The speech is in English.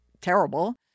terrible